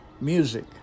music